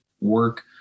work